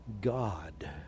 God